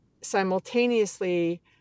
simultaneously